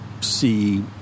see